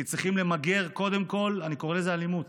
כי צריכים למגר, קודם כול, אני קורא לזה "אלימות".